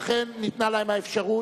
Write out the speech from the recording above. ואכן, ניתנה להם האפשרות,